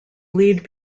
lead